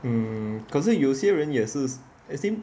mm 可是有些人也是 I think